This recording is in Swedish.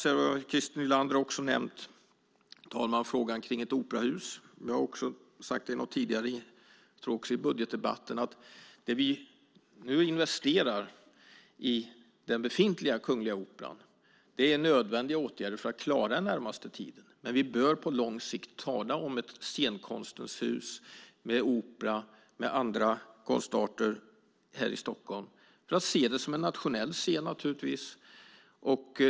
Christer Nylander och andra har nämnt frågan om ett operahus. Jag tror att det var i budgetdebatten jag sade att det vi investerar i den befintliga Kungliga Operan är nödvändiga åtgärder för att klara den närmaste tiden, men vi bör på lång sikt tala om ett scenkonstens hus med opera och andra konstarter här i Stockholm, naturligtvis som en nationell scen.